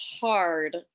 hard